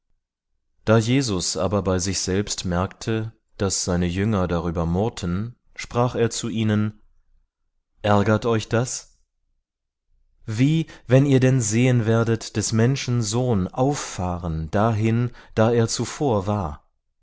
da jesus aber bei sich selbst merkte daß seine jünger darüber murrten sprach er zu ihnen ärgert euch das wie wenn ihr denn sehen werdet des menschen sohn auffahren dahin da er zuvor war